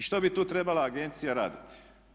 I što bi tu trebala agencija raditi?